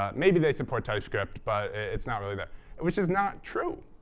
um maybe they support typescript, but it's not really that which is not true.